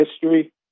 history